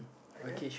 okay